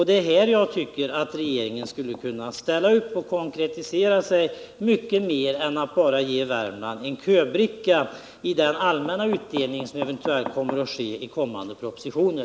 Det är här jag tycker att regeringen skulle kunna ställa upp och konkretisera sig mycket mer än att bara ge Värmland en köbricka till den allmänna utdelning som eventuellt sker i kommande propositioner.